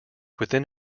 within